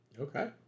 Okay